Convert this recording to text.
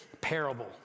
parable